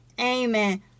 Amen